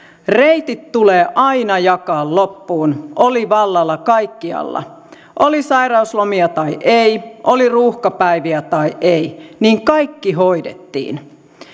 reitit tulee aina jakaa loppuun oli vallalla kaikkialla oli sairauslomia tai ei oli ruuhkapäiviä tai ei niin kaikki hoidettiin